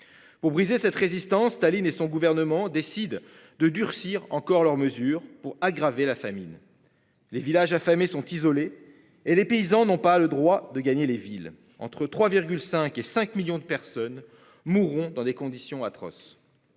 Pour briser cette résistance Staline et son gouvernement décide de durcir encore leurs mesures pour aggraver la famine. Les villages affamés sont isolés et les paysans n'ont pas le droit de gagner les villes entre 3 5 et 5 millions de personnes mourront dans des conditions atroces.